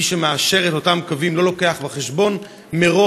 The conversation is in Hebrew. מי שמאשר את אותם קווים לא מביא בחשבון מראש,